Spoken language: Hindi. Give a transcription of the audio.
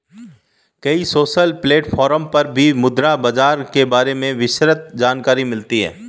कई सोशल प्लेटफ़ॉर्म पर भी मुद्रा बाजार के बारे में विस्तृत जानकरी मिलती है